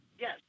Yes